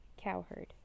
Cowherd